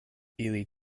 ili